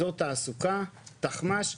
אזור תעסוקה ותחמ"ש.